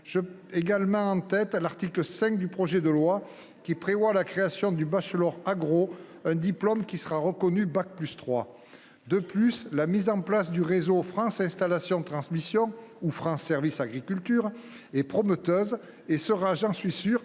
J’ai également en tête l’article 5 du projet de loi, qui prévoit la création du bachelor agro, un diplôme qui sera reconnu au niveau bac+3. De plus, la mise en place du réseau France installations transmissions, ou France Services agriculture, est prometteuse et sera – j’en suis sûr